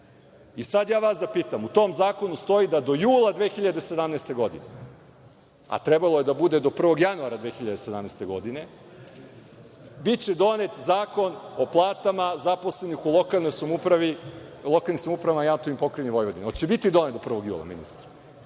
ja vas da pitam, u tom zakonu stoji do jula 2017. godine, a trebalo je da bude do 1. januara 2017. godine, biće donet Zakon o platama zaposlenih u lokalnim samoupravama i AP Vojvodine. Hoće biti donet do 1. jula ministre?